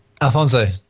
Alfonso